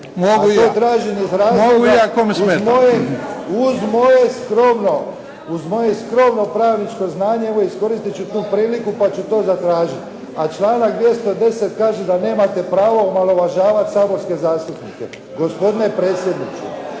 Ranko (SDP)** Uz moje skromno pravničko znanje evo iskoristit ću tu priliku pa ću to zatražiti. A članak 210. kaže da nemate pravo omalovažavati saborske zastupnike gospodine predsjedniče.